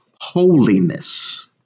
holiness